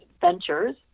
Ventures